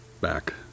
back